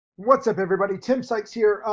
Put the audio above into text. what's up everybody, tim sykes here,